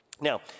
Now